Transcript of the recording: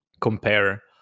compare